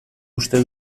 uste